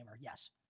Yes